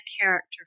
character